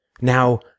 now